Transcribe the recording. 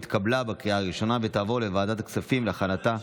התקבלה בקריאה הראשונה ותעבור לוועדת הכספים להכנתה,